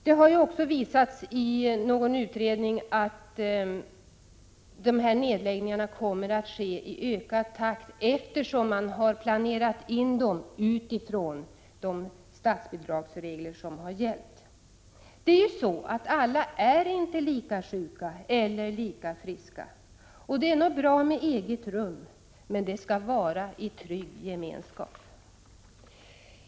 Det har också visats i någon utredning att dessa nedläggningar kommer att ske i ökad takt, eftersom man har planerat in dem utifrån de statsbidragsregler som har gällt. Alla är inte lika sjuka eller lika friska! Det är nog bra med ett eget rum, men det skall vara i trygg gemenskap.